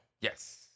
Yes